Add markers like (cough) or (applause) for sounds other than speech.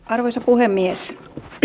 (unintelligible) arvoisa puhemies